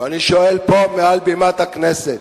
ואני שואל פה, מעל בימת הכנסת,